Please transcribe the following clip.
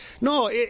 No